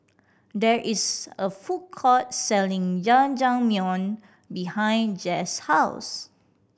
there is a food court selling Jajangmyeon behind Jesse's house